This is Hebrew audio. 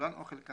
כולן או חלקן: